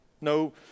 no